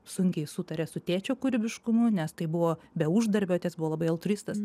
sunkiai sutarė su tėčio kūrybiškumu nes tai buvo be uždarbio tėtis buvo labai altruistas